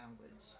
language